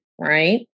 right